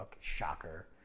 shocker